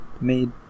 made